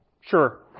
Sure